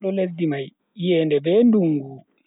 Hawlu lesdi mai iyende be dungu.